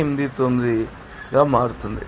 189 గా మారుతుంది